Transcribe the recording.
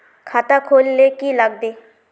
खाता खोल ले की लागबे?